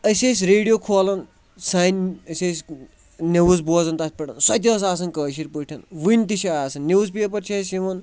أسۍ ٲسۍ ریڈیو کھولان سانہِ أسۍ ٲسۍ نِوٕز بوزان تتھ پٮ۪ٹھ سۄتہِ ٲس آسان کٲشِر پٲٹھۍ وٕنہِ تہِ چھِ آسان نِوٕز پٮ۪پر چھِ اسہِ یِوان